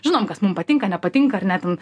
žinom kas mum patinka nepatinka ar ne ten